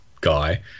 guy